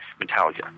Metallica